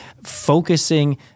focusing